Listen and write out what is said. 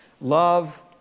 Love